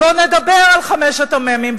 בוא נדבר על חמשת המ"מים.